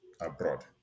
abroad